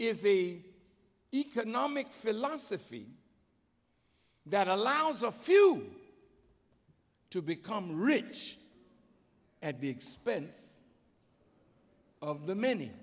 is the economic philosophy that allows a few to become rich at the expense of the many